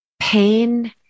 pain